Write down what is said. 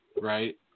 right